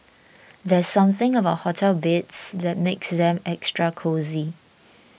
there's something about hotel beds that makes them extra cosy